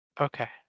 Okay